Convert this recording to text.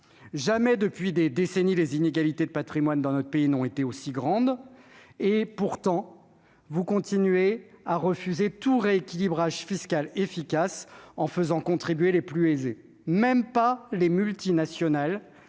Jamais, depuis des décennies, les inégalités de patrimoine n'ont été aussi grandes et, pourtant, vous continuez de refuser tout rééquilibrage fiscal efficace en faisant contribuer les plus aisés, même les multinationales